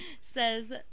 says